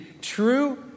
true